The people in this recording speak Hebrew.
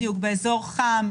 באזור חם,